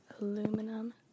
Aluminum